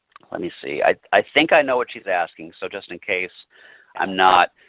let me see i i think i know what she is asking so just in case i'm not.